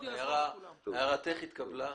הערתך התקבלה.